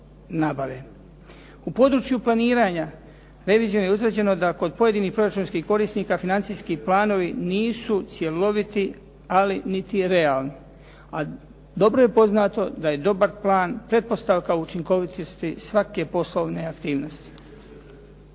U području planiranja revizijom je utvrđeno da kod pojedinih proračunskih korisnika financijski planovi nisu cjeloviti, ali niti realni a dobro je poznato da je dobar plan pretpostavka učinkovitosti svake poslovne aktivnosti.